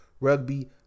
rugby